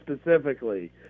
specifically